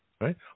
right